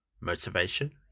motivation